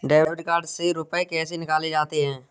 Debit card से रुपये कैसे निकाले जाते हैं?